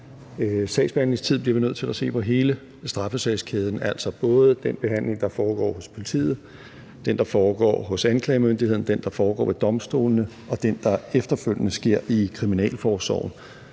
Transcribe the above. sagsbehandlingstider, bliver vi nødt til at se på hele straffesagskæden, altså både den behandling, der foregår hos politiet, den, der foregår hos anklagemyndigheden, den, der foregår ved domstolene, og den, der efterfølgende sker i kriminalforsorgen.